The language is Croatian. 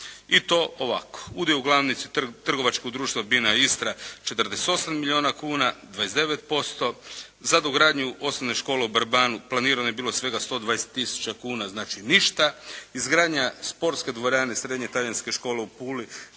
i to ovako: Udio u glavnici trgovačkog društva … /Govornik se ne razumije./ … Istra 48 milijuna kuna, 29%. Za dogradnju osnovne škole u Vrbanu planirano je bilo svega 120 tisuća kuna znači ništa. Izgradnja sportske dvorane srednje talijanske škole u Puli